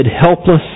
Helpless